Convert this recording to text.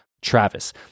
Travis